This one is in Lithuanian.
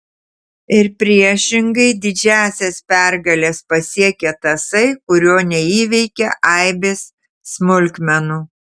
ir priešingai didžiąsias pergales pasiekia tasai kurio neįveikia aibės smulkmenų